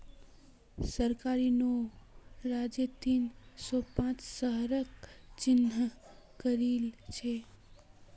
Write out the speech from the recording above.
सरकार नौ राज्यत तीन सौ पांच शहरक चिह्नित करिल छे